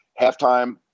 halftime